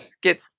get